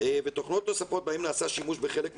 ותוכנות נוספות בהן נעשה שימוש בחלק מהמוסדות,